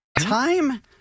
Time